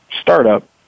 startup